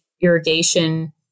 irrigation